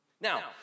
Now